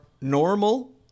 normal